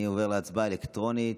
אני עובר להצבעה אלקטרונית.